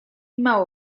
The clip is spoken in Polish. mało